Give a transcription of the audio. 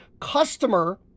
customer